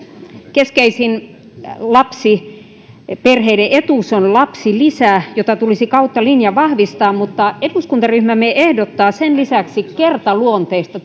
keskeisin lapsiperheiden etuus on lapsilisä jota tulisi kautta linjan vahvistaa mutta eduskuntaryhmämme ehdottaa sen lisäksi kertaluonteista